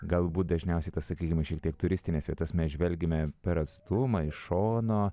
galbūt dažniausiai tas sakykim šiek tiek turistines vietas mes žvelgiame per atstumą iš šono